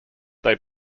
they